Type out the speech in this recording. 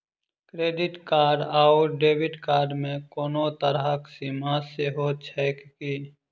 Credit card आओर debit card मे कोनो तरहक सीमा सेहो छैक की?